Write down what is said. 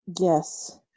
Yes